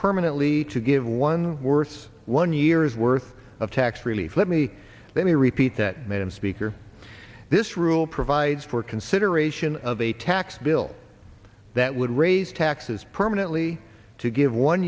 permanently to give one worth one year's worth of tax relief let me let me repeat that madam speaker this rule provides for consideration of a tax bill that would raise taxes permanently to give one